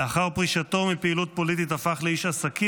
לאחר פרישתו מפעילות פוליטית הפך לאיש עסקים